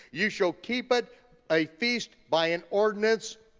you shall keep it a feast by an ordinance